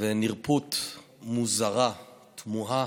ונרפות מוזרה, תמוהה,